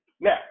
Now